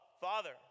Father